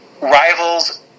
rivals